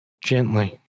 Gently